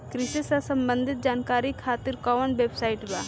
कृषि से संबंधित जानकारी खातिर कवन वेबसाइट बा?